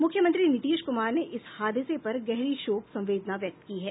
मुख्यमंत्री नीतीश कुमार ने इस हादसे पर गहरी शोक संवेदना व्यक्त की है